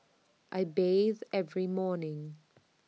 I bathe every morning